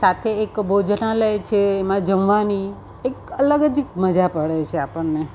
સાથે એક ભોજનાલય છે એમાં જમવાની એક અલગ જ એક મજા પડે છે આપણને